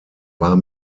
war